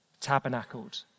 tabernacled